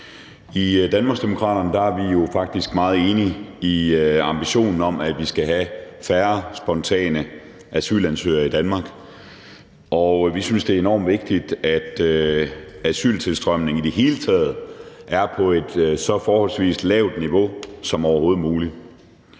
I Danmarksdemokraterne er vi jo faktisk meget enige i ambitionen om, at vi skal have færre spontane asylansøgere i Danmark, og vi synes, det er enormt vigtigt, at asyltilstrømningen i det hele taget er på et så forholdsvis lavt niveau som overhovedet muligt.